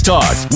Talk